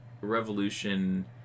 Revolution